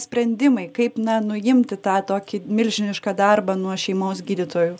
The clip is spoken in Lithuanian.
sprendimai kaip na nuimti tą tokį milžinišką darbą nuo šeimos gydytojų